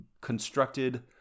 Constructed